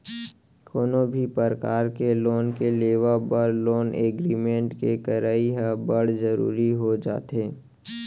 कोनो भी परकार के लोन के लेवब बर लोन एग्रीमेंट के करई ह बड़ जरुरी हो जाथे